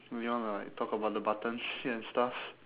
do you want to like talk about the buttons here and stuff